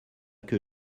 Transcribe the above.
que